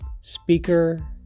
speaker